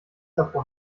davor